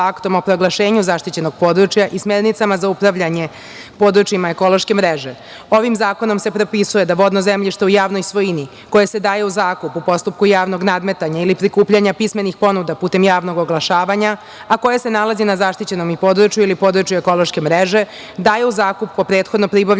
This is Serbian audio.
o proglašenju zaštićenog područja i smernicama za upravljanje područjima ekološke mreže. Ovim zakonom se propisuje da vodno zemljište u javnoj svojini koje se daje u zakup u postupku javnog nadmetanja, ili prikupljanja pismenih ponuda putem javnog oglašavanja, a koje se nalazi na zaštićenom području ili području ekološke mreže, daju u zakup po prethodno pribavljenoj